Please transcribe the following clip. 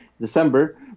December